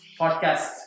podcast